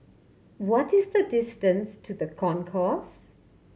what is the distance to The Concourse